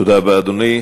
תודה רבה, אדוני.